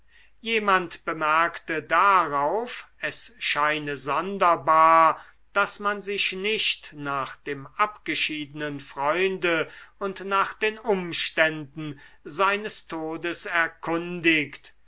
jemand bemerkte darauf es scheine sonderbar daß man sich nicht nach dem abgeschiedenen freunde und nach den umständen seines todes erkundigt